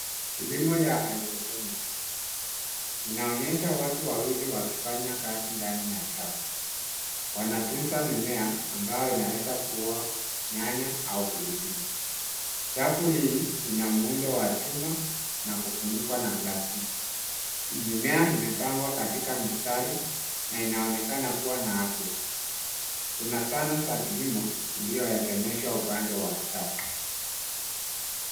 Kilimo ya hydroponic , inaonyesha watu wawili wakifanya kazi ndani ya chafu. Wanatunza mimea ambayo inaweza kuwa nyanya au pilipili. Chafu hii ina muundo wa chuma na kufunikwa na plastiki. Mimea imepangwa katika mistari na inaonekana kuwa na afya. Kuna zana za kilimo iliyoegemeshwa upande wa chafu.